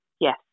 Yes